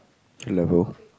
A level